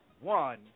One